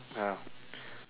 ya